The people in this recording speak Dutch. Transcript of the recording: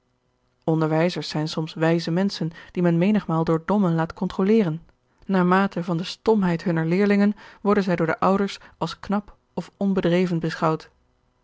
onderwijzers zijn soms wijze menschen die men menigmaal door domme laat controleren naarmate van de stomheid hunner leerlingen worden zij door de ouders als knap of onbedreven beschouwd